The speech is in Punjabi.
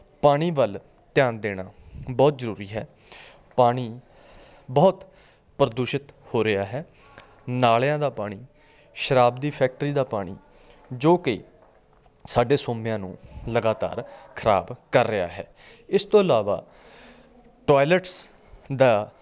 ਪਾਣੀ ਵੱਲ ਧਿਆਨ ਦੇਣਾ ਬਹੁਤ ਜ਼ਰੂਰੀ ਹੈ ਪਾਣੀ ਬਹੁਤ ਪ੍ਰਦੂਸ਼ਿਤ ਹੋ ਰਿਹਾ ਹੈ ਨਾਲਿਆਂ ਦਾ ਪਾਣੀ ਸ਼ਰਾਬ ਦੀ ਫੈਕਟਰੀ ਦਾ ਪਾਣੀ ਜੋ ਕਿ ਸਾਡੇ ਸੋਮਿਆਂ ਨੂੰ ਲਗਾਤਾਰ ਖਰਾਬ ਕਰ ਰਿਹਾ ਹੈ ਇਸ ਤੋਂ ਇਲਾਵਾ ਟੋਇਲਟਸ ਦਾ